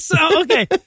Okay